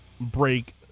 break